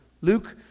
Luke